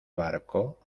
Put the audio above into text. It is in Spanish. barco